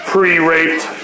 Pre-raped